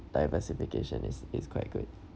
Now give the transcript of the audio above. diversification is is quite good